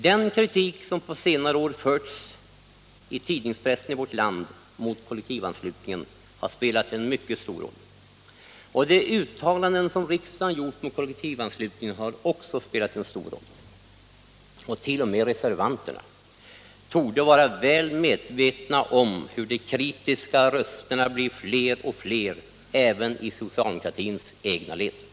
Den kritik som på senare år förts fram i vår tidningspress mot kollektivanslutningen har spelat stor roll. Och de uttalanden som riksdagen gjort mot kollektivanslutningen har också spelat stor roll. T. o. m. reservanterna torde vara väl medvetna om hur de kritiska rösterna blivit fler och fler — även i socialdemokraternas egna led.